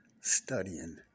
studying